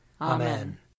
Amen